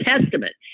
Testament